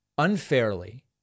unfairly